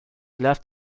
left